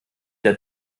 der